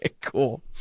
cool